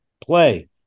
play